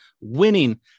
winning